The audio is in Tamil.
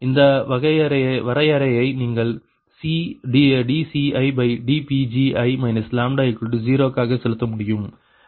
இந்த வரையறையை நீங்கள் dCidPgi λ0 காக செலுத்த முடியும்